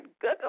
good